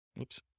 Oops